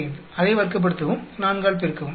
45 அதை வர்க்கப்படுத்தவும் 4 ஆல் பெருக்கவும்